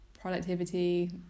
productivity